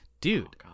Dude